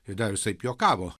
ir dar visaip juokavo